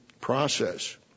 process